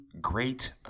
Great